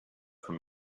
from